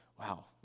wow